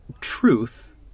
truth